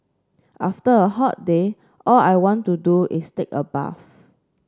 after a hot day all I want to do is take a bath